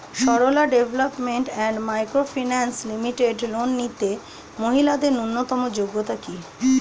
Sarala development and micro finance limited loan নিতে মহিলাদের ন্যূনতম যোগ্যতা কী?